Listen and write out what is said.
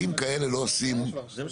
הוא